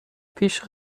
پیش